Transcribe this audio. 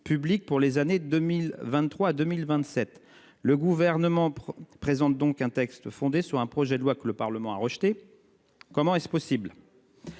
publiques pour les années 2023 2027. Le gouvernement présente donc un texte fondé sur un projet de loi que le Parlement a rejeté. Comment est-ce possible.